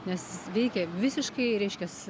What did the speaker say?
nes jis veikia visiškai reiškias